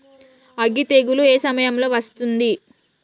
అగ్గి తెగులు ఏ సమయం లో వస్తుంది?